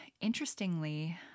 interestingly